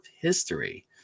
history